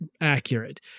accurate